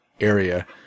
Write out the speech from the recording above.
area